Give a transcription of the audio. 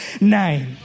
name